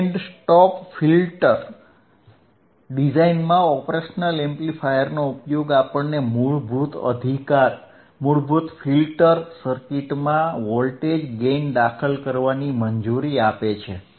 band stop filter ડિઝાઇનમાં operational એમ્પ્લીફાયર્સનો ઉપયોગ આપણને મૂળભૂત ફિલ્ટર સર્કિટમાં વોલ્ટેજ ગેઇન દાખલ કરવાની મંજૂરી આપે છે